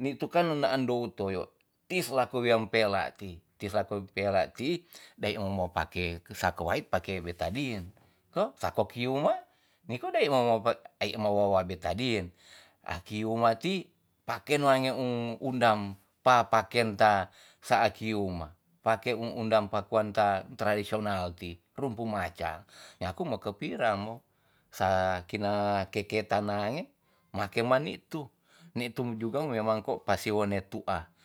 ni tu kan nenaan dou toyo tis lako wean pela ti tis lako pela ti dai mo mopake sa kowait pake betadin toh sako ki uma niko dae mo ma ai ma wawa betadin aki uma ti paken wange um undam papa ken ta sa aki uma pake uundam pakuan ta tradisional ti rumpu macam nyaku me kepira mo sa ki na keketan nange make ma nitu ni tu juga memang ko pa siwen ne tu'a